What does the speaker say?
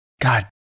God